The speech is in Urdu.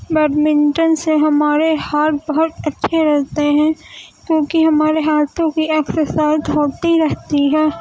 بیڈمنٹن سے ہمارے ہاتھ بہت اچھے رہتے ہیں کیوںکہ ہمارے ہاتھوں کی ایکسرسائز ہوتی رہتی ہے